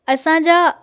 असांजा